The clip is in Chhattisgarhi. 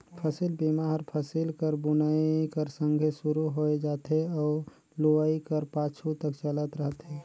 फसिल बीमा हर फसिल कर बुनई कर संघे सुरू होए जाथे अउ लुवई कर पाछू तक चलत रहथे